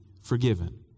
forgiven